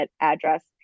address